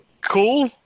cool